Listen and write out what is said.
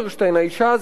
האשה הזקנה,